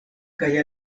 kaj